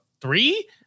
three